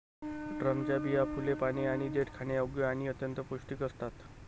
ड्रमच्या बिया, फुले, पाने आणि देठ खाण्यायोग्य आणि अत्यंत पौष्टिक असतात